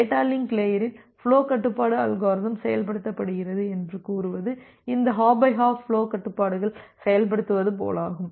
data link லேயரில் flow கட்டுப்பாட்டு algorithm செயல்படுத்தப்படுகிறது என்று கூறுவது இந்த ஹாப் பை ஹாப் ஃபுலோ கட்டுப்பாடுகள் செயல்படுத்தப்படுவது போலாகும்